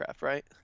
right